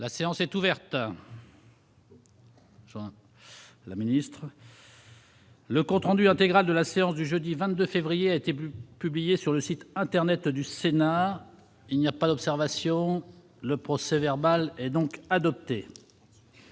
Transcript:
La séance est ouverte. Le compte rendu intégral de la séance du jeudi 22 février 2018 a été publié sur le site internet du Sénat. Il n'y a pas d'observation ?... Le procès-verbal est adopté.